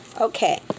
Okay